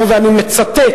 אומר ואני מצטט: